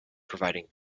providing